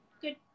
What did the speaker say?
good